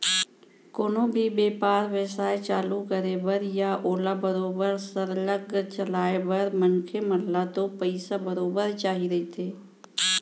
कोनो भी बेपार बेवसाय चालू करे बर या ओला बरोबर सरलग चलाय बर मनखे मन ल तो पइसा बरोबर चाही रहिथे